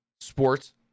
sports